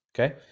Okay